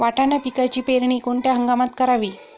वाटाणा पिकाची पेरणी कोणत्या हंगामात करावी?